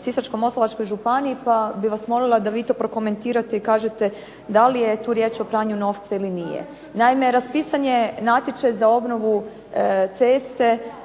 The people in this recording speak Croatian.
Sisačko-moslavačkoj županiji, pa bi vas molila da vi to prokomentirate i kažete da li je tu riječ o pranju novca ili nije. Naime raspisan je natječaj za obnovu ceste,